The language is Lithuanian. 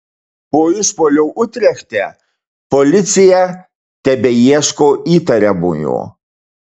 po išpuolio utrechte policija tebeieško įtariamojo